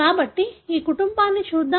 కాబట్టి ఈ కుటుంబాన్ని చూద్దాం